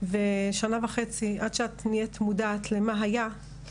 ושנה וחצי עד שאת נהיית מודעת למה היה,